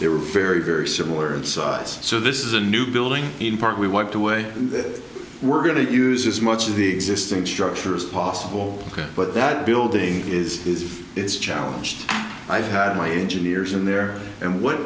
they were very very similar in size so this is a new building in part we wiped away that we're going to use as much of the existing structure as possible but that building is if it's challenged i've had my engineers in there and